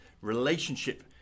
relationship